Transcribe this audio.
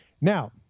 Now